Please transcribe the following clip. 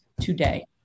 today